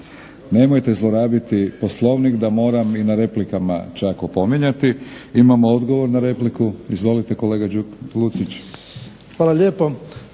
Nemojte zlorabiti Poslovnik da moram i na replikama čak opominjati. Imamo odgovor na repliku. Izvolite kolega Lucić. **Lucić,